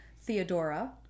Theodora